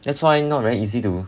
that's why not very easy to